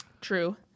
True